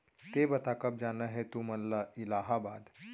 ले बता, कब जाना हे तुमन ला इलाहाबाद?